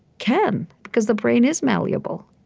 can, because the brain is malleable.